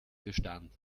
bestand